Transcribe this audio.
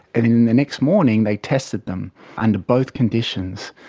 and and the next morning they tested them under both conditions.